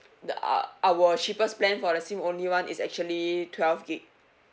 the o~ our cheapest plan for the sim only [one] is actually twelve gig